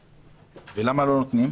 למה לא נותנים?